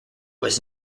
was